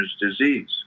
disease